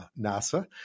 NASA